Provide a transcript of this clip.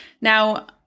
Now